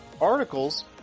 articles